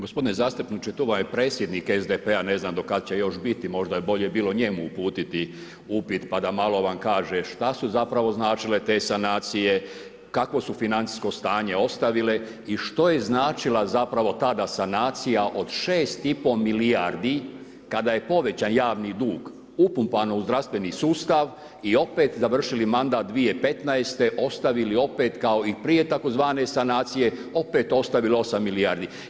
Gospodine zastupniče, tu vam je predsjednik SDP-a ne znam do kada će još biti, možda je bolje bilo njemu uputiti upit pa da malo vam kaže, šta su zapravo značile te sanacije, kakvo su financijsko stanje ostavile i što je značila zapravo tada sanacija, od 6,5 milijardi, kada je povećan javni dug, upunpan u zdravstveni sustav i opet završili mandat 2015. ostavili opet kao i prije tzv. sanacije opet ostavile 8 milijardi.